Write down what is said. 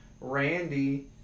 Randy